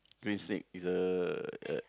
green snake it's a a